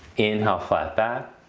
inhale flat back.